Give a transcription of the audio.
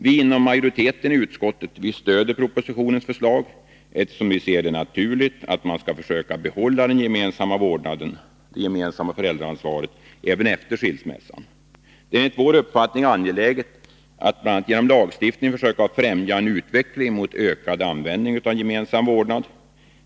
Vi inom majoriteten i utskottet stöder propositionens förslag, eftersom vi ser det som naturligt att man skall försöka behålla den gemensamma vårdnaden — det gemensamma föräldraansvaret — även efter skilsmässan. Det är enligt vår uppfattning angeläget att man bl.a. genom lagstiftning försöker främja en utveckling mot ökad användning av den gemensamma vårdnaden.